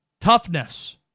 Toughness